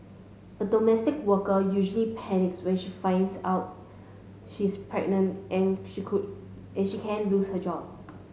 a domestic worker usually panics when she finds out she is pregnant and she could and she can lose her job